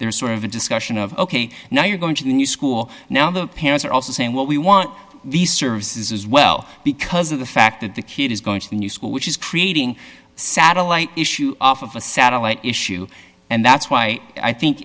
there's sort of a discussion of ok now you're going to the new school now the parents are also saying well we want these services as well because of the fact that the kid is going to the new school which is creating satellite issue off of a satellite issue and that's why i think